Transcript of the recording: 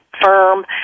firm